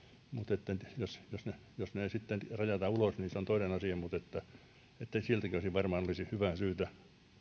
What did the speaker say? jos ne sitten rajataan ulos niin se on toinen asia mutta ettei siltikin olisi hyvää syytä tarkastella